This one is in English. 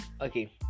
okay